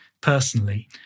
personally